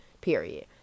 period